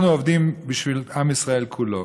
אנחנו עובדים בשביל עם ישראל כולו.